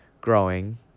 growing